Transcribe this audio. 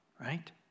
right